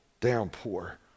downpour